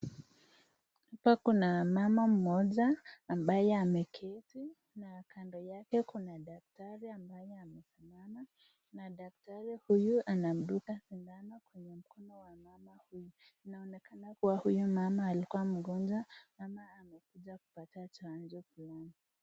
Hapa kuna mama mmoja ambaye ameketi na kando yake kuna daktari ambaye amesimama. Na daktari huyu anamdunga sindano kwenye mkono wa mama huyu. Inaonekana kuwa huyu mama alikua mgonjwa ama amekuja kupata chanjo fulani.